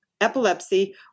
Epilepsy